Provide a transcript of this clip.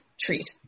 treat